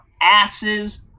asses